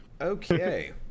Okay